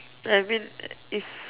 I mean if